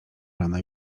rana